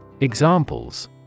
Examples